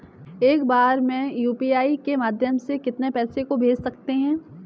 एक बार में यू.पी.आई के माध्यम से कितने पैसे को भेज सकते हैं?